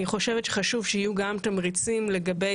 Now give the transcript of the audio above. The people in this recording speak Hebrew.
אני חושבת שחשוב שיהיו גם תמריצים לגבי